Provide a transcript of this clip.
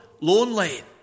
lonely